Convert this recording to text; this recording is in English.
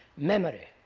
memory,